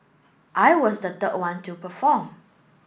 I was the third one to perform